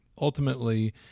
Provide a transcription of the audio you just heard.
ultimately